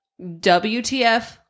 WTF